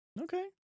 Okay